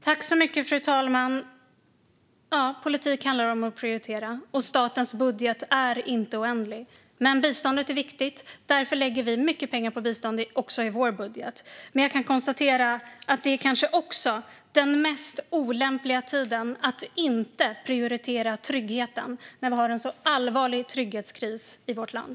Fru talman! Politik handlar om att prioritera. Statens budget är inte oändlig. Men biståndet är viktigt. Därför lägger vi mycket pengar på biståndet också i vår budget. Jag kan konstatera att det kanske också är den mest olämpliga tiden att inte prioritera tryggheten när vi har en sådan allvarlig trygghetskris i vårt land.